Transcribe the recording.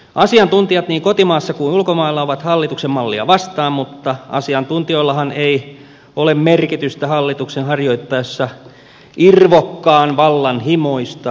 asiantuntijat niin kotimaassa kuin ulkomailla ovat hallituksen mallia vastaan mutta asiantuntijoillahan ei ole merkitystä hallituksen harjoittaessa irvokkaan vallanhimoista voimapolitiikkaansa